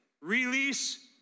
Release